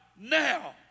now